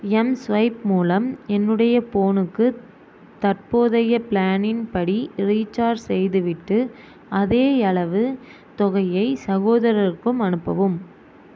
mSwipe மூலம் என்னுடைய போனுக்கு தற்போதைய பிளானின் படி ரீசார்ஜ் செய்துவிட்டு அதேயளவு தொகையை சகோதரருக்கும் அனுப்பவும்